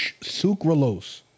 Sucralose